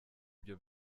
ibyo